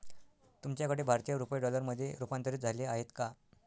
तुमच्याकडे भारतीय रुपये डॉलरमध्ये रूपांतरित झाले आहेत का?